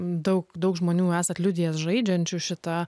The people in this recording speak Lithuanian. daug daug žmonių esat liudijęs žaidžiančių šitą